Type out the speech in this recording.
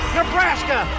Nebraska